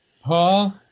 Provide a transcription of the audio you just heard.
Paul